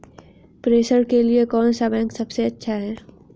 प्रेषण के लिए कौन सा बैंक सबसे अच्छा है?